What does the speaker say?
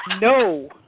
No